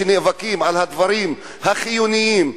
שנאבקים על הדברים החיוניים,